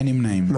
הצבעה לא אושרו.